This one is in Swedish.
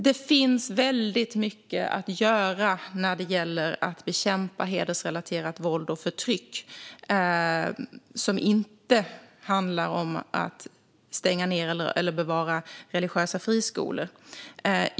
Det finns mycket att göra i kampen mot hedersrelaterat våld och förtryck som inte handlar om att stänga ned eller bevara religiösa friskolor.